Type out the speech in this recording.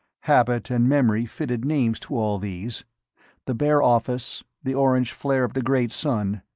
habit and memory fitted names to all these the bare office, the orange flare of the great sun,